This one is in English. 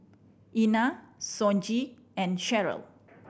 Ina Sonji and Sheryl